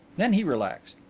then he relaxed.